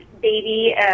baby